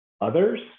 others